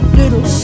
little